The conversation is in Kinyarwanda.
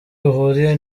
bihuriye